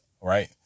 right